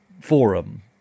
forum